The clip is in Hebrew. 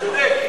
אני צודק.